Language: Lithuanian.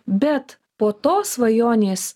bet po to svajonės